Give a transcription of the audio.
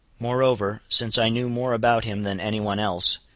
moreover, since i knew more about him than any one else,